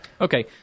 Okay